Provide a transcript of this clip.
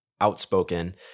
outspoken